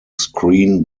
screen